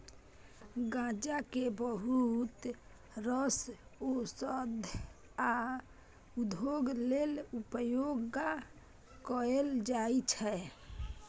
गांजा केँ बहुत रास ओषध आ उद्योग लेल उपयोग कएल जाइत छै